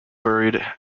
buried